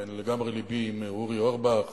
ולגמרי לבי עם אורי אורבך.